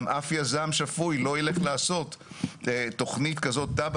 גם אף יזם שפוי לא ילך לעשות תכנית כזאת תב"ע